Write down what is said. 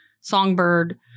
songbird